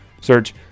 Search